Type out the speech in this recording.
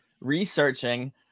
researching